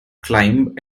climb